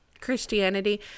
Christianity